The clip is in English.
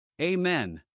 Amen